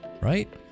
right